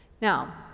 Now